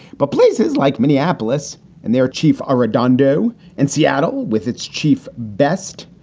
but places like minneapolis and their chief arredondo and seattle with its chief best,